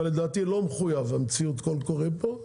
אבל לדעתי לא מחויב המציאות קול קורא פה,